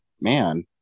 man